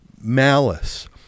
malice